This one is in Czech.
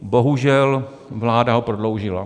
Bohužel vláda ho prodloužila.